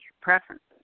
preferences